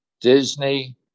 Disney